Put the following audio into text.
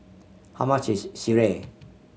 how much is sireh